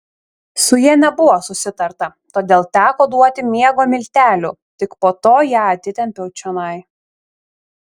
su ja nebuvo susitarta todėl teko duoti miego miltelių tik po to ją atitempiau čionai